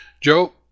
Joe